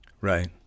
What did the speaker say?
right